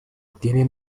tiene